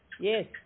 Yes